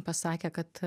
pasakė kad